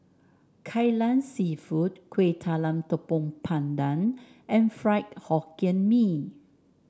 Kai Lan seafood Kuih Talam Tepong Pandan and Fried Hokkien Mee